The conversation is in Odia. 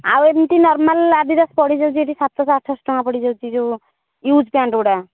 ଆଉ ଏମିତି ନର୍ମାଲ ଆଡ଼ିଡାସ ପଡ଼ିଯାଉଛି ଏଇଟି ସାତଶହ ଆଠଶହ ଟଙ୍କା ପଡ଼ିଯାଉଛି ଯେଉଁ ଇଉଜୁ ପେଣ୍ଟ୍ ଗୁଡ଼ା